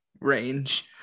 range